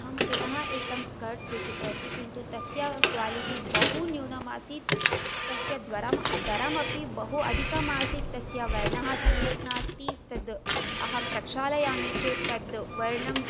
अहं पुनः एकं स्कर्ट् स्वीकृतवती किन्तु तस्य क्वालिटि बहु न्यूनम् आसीत् तस्य द्वरं दरम् अपि बहु अधिकम् आसीत् तस्य वर्णः सम्यक् नास्ति तत् अहं प्रक्षालयामि चेत् तद्वर्णम्